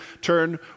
turn